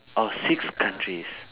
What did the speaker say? orh six countries